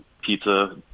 pizza